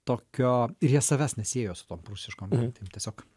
tokio ir jie savęs nesiejo su tom prūsiškom gentim tiesiog